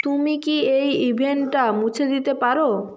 তুমি কি এই ইভেন্টটা মুছে দিতে পারো